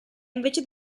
invece